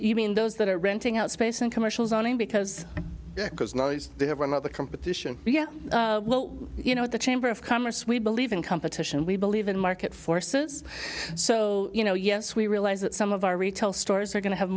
even those that are renting out space and commercial zoning because they have a mother competition yeah well you know the chamber of commerce we believe in competition we believe in market forces so you know yes we realize that some of our retail stores are going to have